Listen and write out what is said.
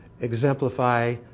exemplify